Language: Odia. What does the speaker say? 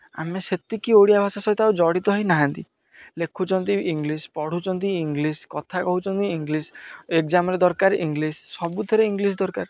ଆମେ ସେତିକି ଓଡ଼ିଆ ଭାଷା ସହିତ ଆଉ ଜଡ଼ିତ ହୋଇନାହାନ୍ତି ଲେଖୁଛନ୍ତି ଇଂଲିଶ୍ ପଢ଼ୁଛନ୍ତି ଇଂଲିଶ୍ କଥା କହୁଛନ୍ତି ଇଂଲିଶ୍ ଏଗ୍ଜାମ୍ରେ ଦରକାର ଇଂଲିଶ୍ ସବୁଥିରେ ଇଂଲିଶ୍ ଦରକାର